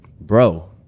bro